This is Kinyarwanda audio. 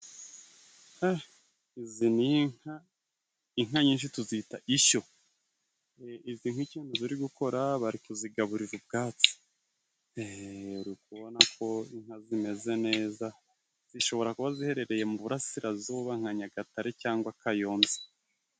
Izi ni inka, inka nyinshi tuzita ishyo, izi nka ikintu ziri gukora bari kuzigaburira ubwatsi, ubona ko inka zimeze neza, zishobora kuba ziherereye mu burasirazuba nka nyagatare cyangwa kayonza.